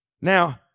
Now